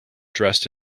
dressed